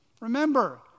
Remember